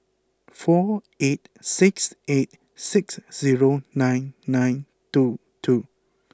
four eight six eight six zero nine nine two two